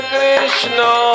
Krishna